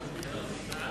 מי נמנע?